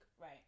Right